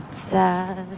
sad